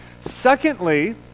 Secondly